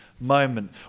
moment